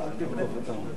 בבקשה.